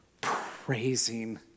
Praising